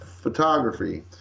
photography